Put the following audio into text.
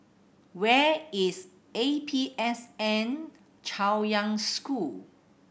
where is A P S N Chaoyang School